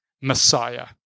Messiah